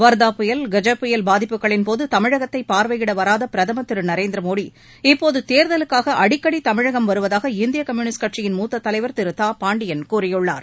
வர்தா புயல் கஜ புயல் பாதிப்புகளின் போது தமிழகத்தை பார்வையிட வராத பிரதமர் திரு நரேந்திர மோடி இப்போது தேர்தலுக்காக அடிக்கடி தமிழகம் வருவதாக இந்திய கம்யூனிஸ்ட் கட்சியின் மூத்த தலைவர் திரு தா பாண்டியன் கூறியுள்ளார்